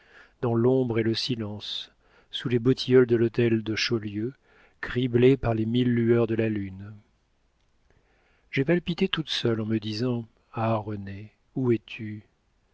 dans l'ombre et le silence sous les beaux tilleuls de l'hôtel de chaulieu criblés par les mille lueurs de la lune j'ai palpité toute seule en me disant ah renée où es-tu